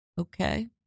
Okay